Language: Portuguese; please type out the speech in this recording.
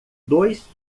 dois